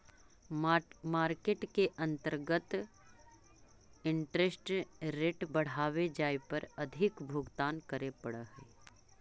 market के अंतर्गत interest rate बढ़वे जाए पर अधिक भुगतान करे पड़ऽ हई